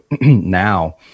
now